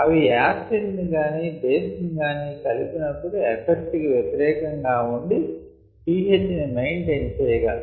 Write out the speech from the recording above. అవి యాసిడ్ గాని బేస్ గాని కలిపినపుడు ఎఫక్ట్ కి వ్యతిరేకంగా ఉండి pH ని మెయింటైన్ చేయగలవు